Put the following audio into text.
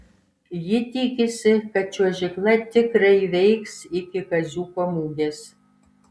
ji tikisi kad čiuožykla tikrai veiks iki kaziuko mugės